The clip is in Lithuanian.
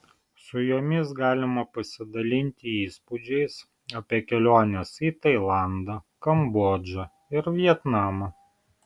su jomis galima pasidalinti įspūdžiais apie keliones į tailandą kambodžą ir vietnamą